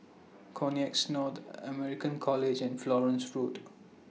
Connexis North American College and Florence Road